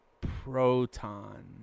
Proton